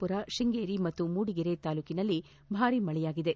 ಪುರ ಶೃಂಗೇರಿ ಮತ್ತು ಮೂಡಿಗೇರೆ ತಾಲೂಕಿನಲ್ಲಿ ಭಾರೀ ಮಳೆಯಾಗಿದೆ